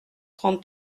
trente